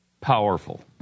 powerful